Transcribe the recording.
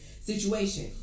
situation